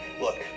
Look